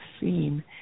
seen